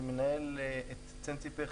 אני מנהל את צנציפר,